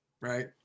right